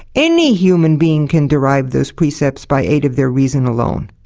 any human being can derive those precepts by aid of their reason alone.